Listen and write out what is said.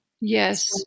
Yes